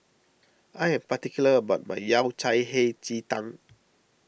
I am particular about my Yao Cai Hei Ji Tang